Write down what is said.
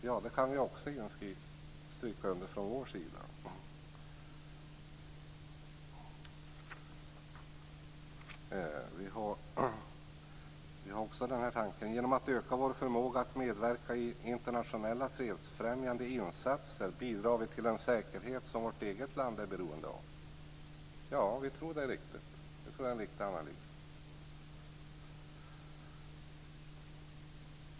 Ja, det kan vi stryka under också från vår sida. - Genom att öka vår förmåga att medverka i internationella fredsfrämjande insatser bidrar vi till den säkerhet som vårt eget land är beroende av. - Ja, den tanken har vi också. Vi tror att det är en riktig analys.